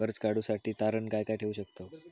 कर्ज काढूसाठी तारण काय काय ठेवू शकतव?